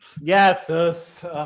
Yes